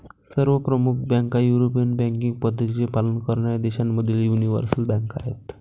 सर्व प्रमुख बँका युरोपियन बँकिंग पद्धतींचे पालन करणाऱ्या देशांमधील यूनिवर्सल बँका आहेत